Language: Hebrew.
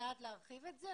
יעד להרחיב את זה?